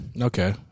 Okay